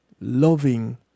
loving